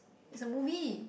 is a movie